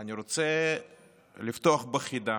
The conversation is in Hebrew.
אני רוצה לפתוח בחידה.